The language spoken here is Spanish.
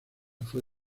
fue